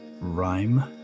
Rhyme